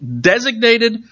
designated